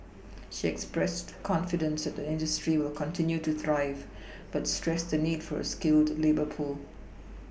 she expressed confidence that the industry will continue to thrive but stressed the need for a skilled labour pool